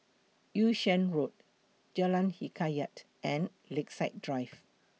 Yung Sheng Road Jalan Hikayat and Lakeside Drive